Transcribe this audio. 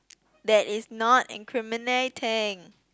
that is not incriminating